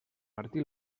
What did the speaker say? martí